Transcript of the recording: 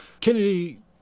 Kennedy